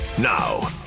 Now